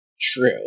true